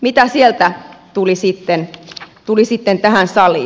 mitä sieltä tuli sitten tähän saliin